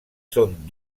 són